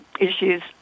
issues